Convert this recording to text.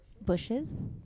bushes